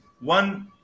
one